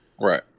Right